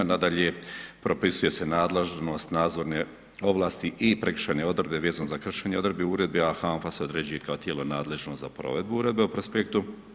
Nadalje, propisuje se nadležnost nadzorne ovlasti i prekršajne odredbe vezano za kršenje odredbi uredbe, a HANFA se određuje kao tijelo nadležno za provedbu uredbe o prospektu.